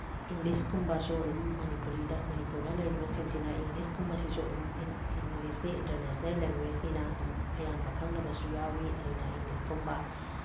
ꯏꯪꯂꯤꯁꯀꯨꯝꯕꯁꯨ ꯑꯗꯨꯝ ꯃꯅꯤꯄꯨꯔꯤꯗ ꯃꯅꯤꯄꯨꯔꯗ ꯂꯩꯔꯤꯕꯁꯤꯡꯁꯤꯅ ꯏꯪꯂꯤꯁꯀꯨꯝꯕꯁꯤꯁꯨ ꯑꯗꯨꯝ ꯏꯪꯂꯤꯁꯁꯦ ꯏꯟꯇꯔꯅꯦꯁꯅꯦꯜ ꯂꯦꯡꯒ꯭ꯋꯦꯁꯅꯤꯅ ꯑꯗꯨꯝ ꯑꯌꯥꯝꯕ ꯈꯪꯅꯕꯁꯨ ꯌꯥꯎꯏ ꯑꯗꯨꯅ ꯏꯪꯂꯤꯁꯀꯨꯝꯕ